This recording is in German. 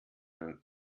den